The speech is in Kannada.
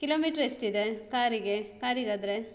ಕಿಲೋಮೀಟ್ರ್ ಎಷ್ಟಿದೆ ಕಾರಿಗೆ ಕಾರಿಗೆ ಆದರೆ